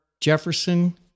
Jefferson